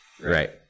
Right